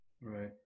Right